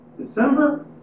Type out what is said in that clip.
December